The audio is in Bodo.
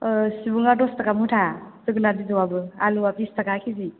ओ सिबुङा दस ताका मुथा जोगोनार बिजौआबो आलुआ बिस ताका किजि